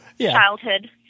childhood